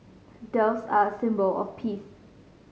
doves are a symbol of peace